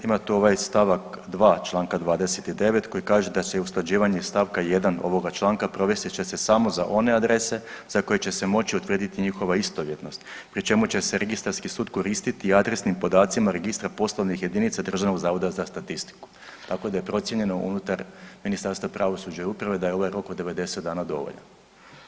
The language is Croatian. Ima tu ovaj stavak 2. članka 29. koji kaže da se i usklađivanje iz stavka 1. ovoga članka provesti će se samo za one adrese za koje će se moći utvrditi njihova istovjetnost, pri čemu će se Registarski sud koristiti i adresnim podacima Registra poslovnih jedinica Državnog zavoda za statistiku, tako da je procijenjeno unutar Ministarstva pravosuđa i uprave da je ovaj rok od 90 dana dovoljan.